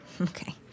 Okay